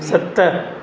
सत